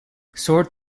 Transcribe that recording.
sort